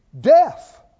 Death